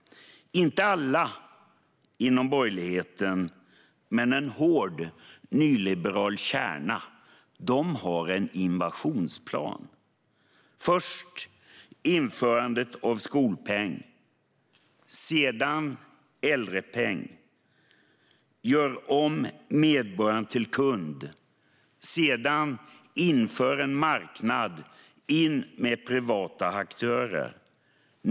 Inte alla inom borgerligheten men en hård nyliberal kärna har en invasionsplan. Först ska man införa en skolpeng. Sedan kommer en äldrepeng. Man vill göra om medborgaren till kund. Därefter inför man en marknad med privata aktörer.